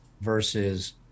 versus